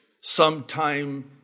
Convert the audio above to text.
sometime